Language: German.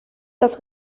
das